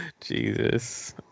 Jesus